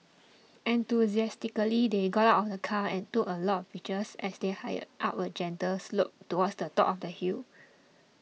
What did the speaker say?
enthusiastically they got out of the car and took a lot of pictures as they hiked up a gentle slope towards the top of the hill